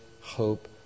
hope